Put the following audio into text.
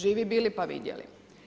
Živi bili pa vidjeli.